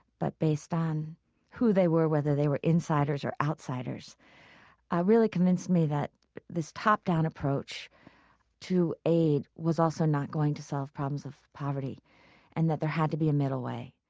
but based on who they were, whether they were insiders or outsiders ah really convinced me that this top-down approach to aid was also not going to solve problems of poverty and that there had to be a middle way